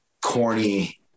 corny